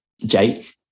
Jake